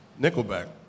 Nickelback